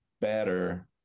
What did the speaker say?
better